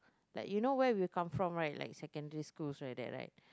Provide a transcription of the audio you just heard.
like you know where we come from right like secondary school like that right